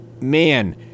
man